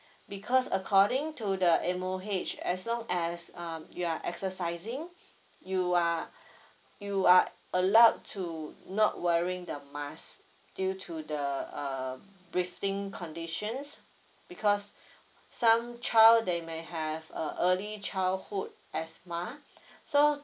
because according to the M_O_H as long as um you are exercising you are you are allowed to not wearing the mask due to the err breathing conditions because some child they may have a early childhood asthma so